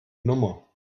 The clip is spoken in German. nummer